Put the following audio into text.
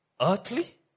earthly